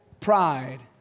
Pride